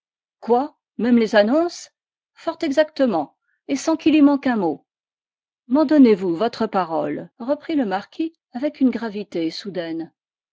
quoi même les annonces fort exactement et sans qu'il y manque un mot m'en donnez-vous votre parole reprit le marquis avec une gravité soudaine